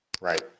Right